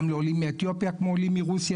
גם לעולים מאתיופיה כמו עולים מרוסיה,